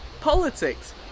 politics